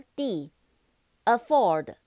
d，afford，